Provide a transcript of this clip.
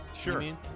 Sure